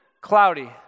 cloudy